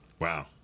wow